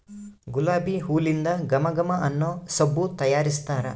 ಗುಲಾಬಿ ಹೂಲಿಂದ ಘಮ ಘಮ ಅನ್ನೊ ಸಬ್ಬು ತಯಾರಿಸ್ತಾರ